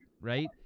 right